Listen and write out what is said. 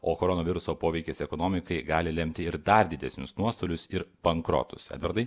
o koronaviruso poveikis ekonomikai gali lemti ir dar didesnius nuostolius ir bankrotus edvardai